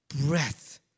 breath